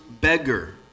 beggar